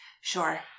Sure